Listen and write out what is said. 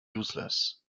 useless